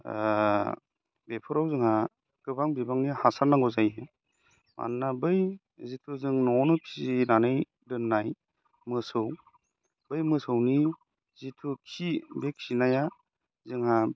बेफोराव जोंहा गोबां बिबांनि हासार नांगौ जायो मानोना बै जिथु जों न'आवनो फिसिनानै दोननाय मोसौ बै मोसौनि जिथु खि बे खिनाया जोंहा